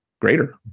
greater